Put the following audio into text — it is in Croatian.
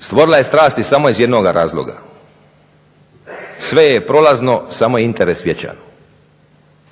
stvorila je strasti samo iz jednoga razloga, sve je prolazno, samo je interes vječan.